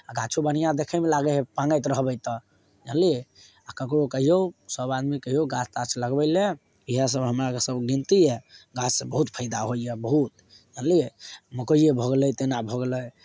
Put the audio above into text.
आ गाछो बढ़िआँ देखैमे लागए हय पाँगैत रहबै तऽ जनलिए आ ककरो कहियौ सब आदमीके कहियौ गाछ ताछ लगबै लऽ इएह सब हमरा सबके गिनती अइ गाछ से बहुत फायदा होइए बहुत जनलिए मकैए भऽ गेलै तेना भऽ गेलै